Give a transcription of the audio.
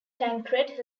tancred